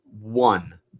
One